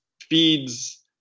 feeds